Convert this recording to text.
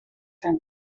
zijn